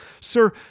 Sir